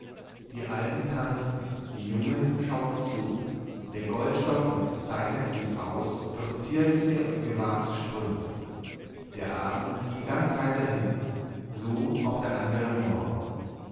die alten tanzten die jungen schauten zu der goldstoffne zeichnete sich aus durch zierliche und gewagte sprünge der abend ging ganz heiter hin so auch der andere morgen